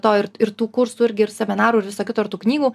to ir ir tų kursų irgi ir seminarų ir viso kito ir tų knygų